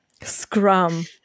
Scrum